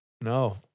no